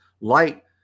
Light